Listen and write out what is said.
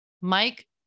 Mike